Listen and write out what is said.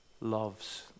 loves